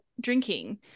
drinking